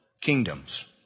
kingdoms